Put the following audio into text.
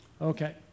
Okay